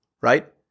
right